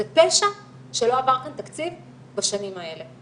זה פשע שלא עבר פה תקציב בשנים האלה.